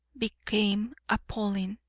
became appalling.